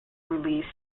release